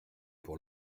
pour